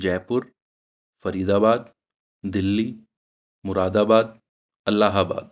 جے پور Faridabad Delhi Moradabad الہ آباد